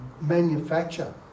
Manufacture